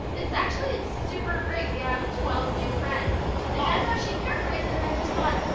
it's actually it's super great. we have twelve new friends. and that's how she characterized it. and i just thought,